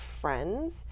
friends